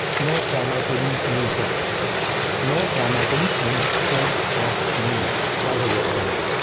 no formatting means what no formatting, instead of, meaning that is what i mean.